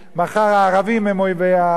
מחר הערבים הם אויבי העם,